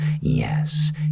yes